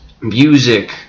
music